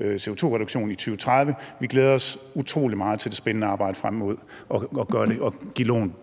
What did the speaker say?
CO₂-reduktion i 2030. Vi glæder os utrolig meget til et spændende arbejde frem mod at give det